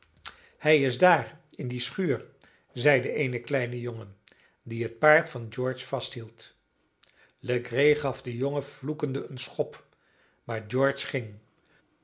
hij is daar in die schuur zeide eene kleine jongen die het paard van george vasthield legree gaf den jongen vloekende een schop maar george ging